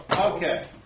Okay